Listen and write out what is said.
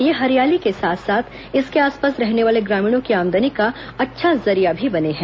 ये हरियाली के साथ साथ इसके आस पास रहने वाले ग्रामीणों की आमदनी का अच्छा जरिया भी बने हैं